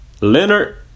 Leonard